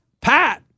Pat